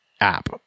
app